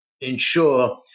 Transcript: ensure